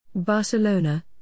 Barcelona